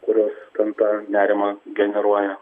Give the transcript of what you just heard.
kurios ten tą nerimą generuoja